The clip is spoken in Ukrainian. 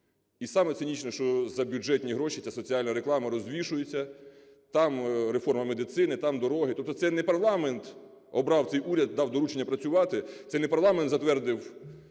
І саме цинічне, що за бюджетні гроші ця соціальна реклама розвішується. Там реформа медицини, там дороги, тобто це не парламент обрав цей уряд, дав доручення працювати, це не парламент затвердив